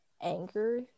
anger